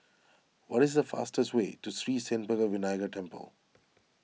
what is the fastest way to Sri Senpaga Vinayagar Temple